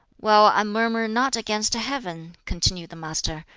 while i murmur not against heaven, continued the master,